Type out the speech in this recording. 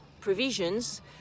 provisions